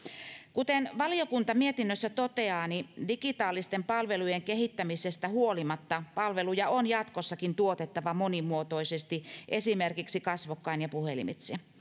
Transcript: kuten valiokunta mietinnössään toteaa digitaalisten palvelujen kehittämisestä huolimatta palveluja on jatkossakin tuotettava monimuotoisesti esimerkiksi kasvokkain ja puhelimitse